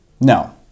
No